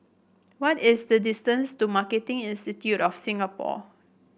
what is the distance to Marketing Institute of Singapore